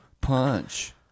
Punch